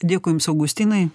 dėkui jums augustinai